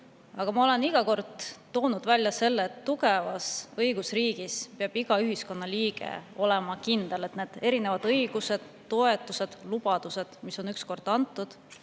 Aga ma olen iga kord toonud välja selle, et tugevas õigusriigis peab iga ühiskonnaliige olema kindel, et neid erinevaid õigusi, toetusi, lubadusi, mis on üks kord antud,